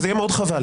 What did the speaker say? וזה יהיה מאוד חבל.